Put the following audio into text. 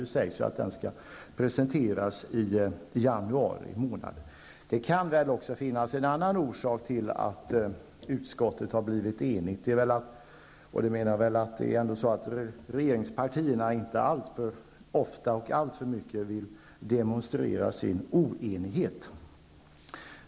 Det sägs att den skall presenteras i januari månad. Det kan väl finnas även en annan orsak till att utskottet har blivit enigt, nämligen att regeringspartierna inte alltför ofta och alltför mycket vill demonstrera sin oenighet.